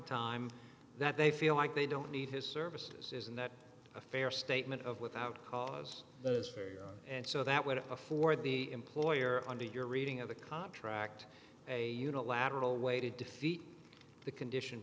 time that they feel like they don't need his services isn't that a fair statement of without cause that is fair and so that would afford the employer under your reading of the cop tract a unilateral way to defeat the condition